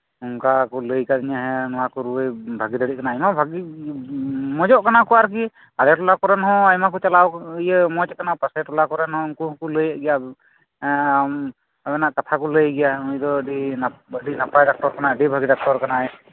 ᱚᱱᱠᱟ ᱠᱚ ᱞᱟᱹᱭ ᱠᱟᱫᱤᱧᱟ ᱦᱮᱸ ᱱᱚᱶᱟ ᱠᱚ ᱨᱩᱣᱟᱹᱭ ᱵᱷᱟᱜᱮ ᱫᱟᱲᱮᱭᱟᱜ ᱠᱟᱱᱟᱭ ᱟᱭᱢᱟ ᱵᱷᱟᱜᱮ ᱢᱚᱸᱡᱚᱜ ᱠᱟᱱᱟ ᱠᱚ ᱟᱨᱠᱤ ᱟᱞᱮ ᱴᱚᱞᱟ ᱠᱚᱨᱮᱱ ᱦᱚᱸ ᱟᱭᱢᱟ ᱠᱚ ᱪᱟᱞᱟᱣ ᱤᱭᱟᱹ ᱢᱚᱸᱡᱽ ᱠᱟᱱᱟ ᱯᱟᱥᱮᱨ ᱴᱚᱞᱟ ᱠᱚᱨᱮᱱ ᱩᱱᱠᱩ ᱦᱚᱸᱠᱚ ᱞᱟᱹᱭ ᱮᱫ ᱜᱮᱭᱟ ᱦᱮᱸ ᱦᱮᱸ ᱟᱵᱤᱱᱟᱜ ᱠᱟᱛᱷᱟ ᱠᱚ ᱞᱟᱹᱭ ᱜᱮᱭᱟ ᱩᱱᱤ ᱫᱚ ᱟᱹᱰᱤ ᱱᱟᱯᱟᱭ ᱰᱟᱠᱛᱚᱨ ᱠᱟᱱᱟᱭ ᱟᱹᱰᱤ ᱵᱷᱟᱹᱜᱮ ᱰᱟᱠᱛᱚᱨ ᱠᱟᱱᱟᱭ